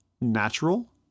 natural